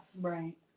Right